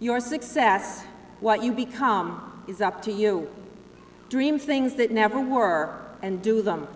your success what you become is up to you dream things that never work and do them